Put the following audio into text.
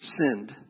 sinned